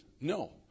No